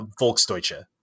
Volksdeutsche